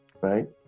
right